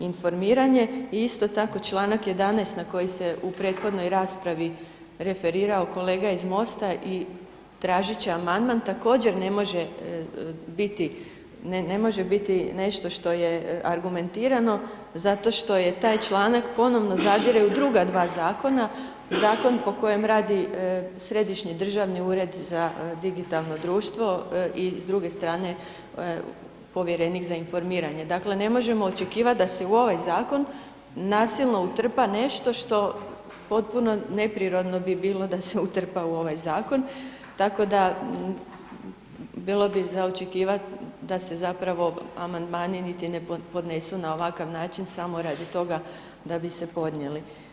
informiranje i isto tako članak 11. na koji se u prethodnoj raspravi referirao kolega iz MOST-a o tražeći amandman, također ne može biti nešto što je argumentirano zato što taj članak ponovno zadire u druga dva zakona, zakon po kojem radi Središnji državni ured za digitalno društvo i s druge strane povjerenik za informiranje, dakle ne možemo očekivat da se u ovaj zakon nasilno utrpa nešto što potpuno neprirodno bi bilo da se utrpa u ovaj zakon, tako da bilo bi za očekivat da se zapravo amandmani niti ne podnosu na ovak način samo radi toga da bi se podnijeli.